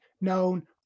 known